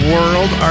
World